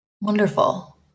Wonderful